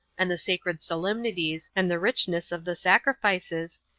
and the sacred solemnities, and the richness of the sacrifices,